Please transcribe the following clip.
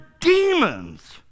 demons